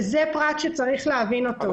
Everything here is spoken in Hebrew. זה פרט שצריך להבין אותו.